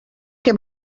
que